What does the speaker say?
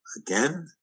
again